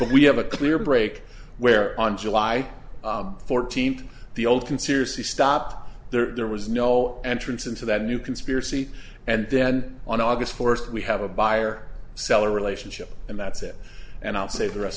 we have a clear break where on july fourteenth the old conspiracy stop there was no entrance into that new conspiracy and then on august first we have a buyer seller relationship and that's it and i'll save the rest